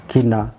Kina